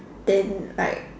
then like